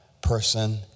person